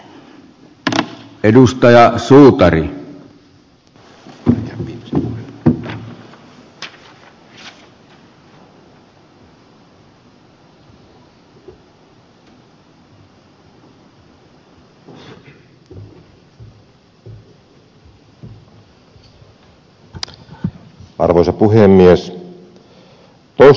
arvoisa puhemies